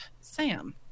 Sam